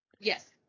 Yes